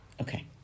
Okay